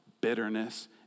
bitterness